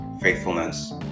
faithfulness